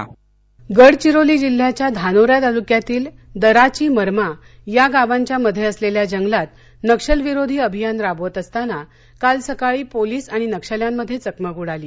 चकमक गडचिरोली गडचिरोली जिल्ह्याच्या धानोरा तालुक्यातील दराची मरमा या गावांच्या मध्ये असलेल्या जंगलात नक्षलविरोधी अभियान राबवत असताना काल सकाळी पोलिस आणि नक्षल्यांमध्ये चकमक उडाली